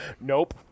nope